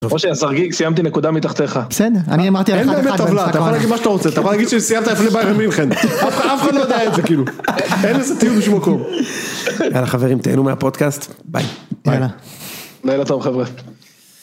רושם סרגי סיימתי נקודה מתחתיך. בסדר, אני אמרתי מה אתה יכול להגיד מה שאתה רוצה. אתה יכול להגיד שסיימת לפני בבייארן מינכן. אף אחד לא יודע את זה כאילו. אין לזה תיעוד בשום מקום. יאללה חברים תהנו מהפודקאסט ביי. לילה טוב חברה.